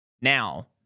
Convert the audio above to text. Now